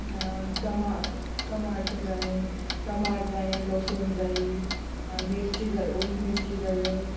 तमाट तमाट जाय तमाट जाये लसूण जायी मिर्ची जाय ओली मिर्ची जायो